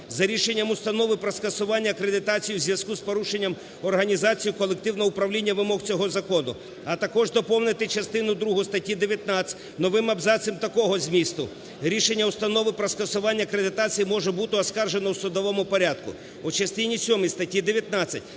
"за рішенням установи про скасування акредитації у зв'язку з порушенням організацією колективного управління вимог цього закону". А також доповнити частину другу статті 19 новим абзацом такого змісту: "Рішення установи про скасування акредитації може бути оскаржено в судовому порядку". У частині сьомій статті 19